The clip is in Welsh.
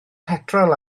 petrol